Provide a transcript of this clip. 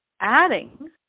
adding